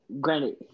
granted